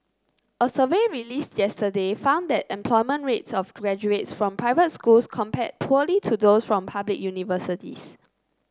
a survey released yesterday found that employment rates of graduates from private schools compared poorly to those from public universities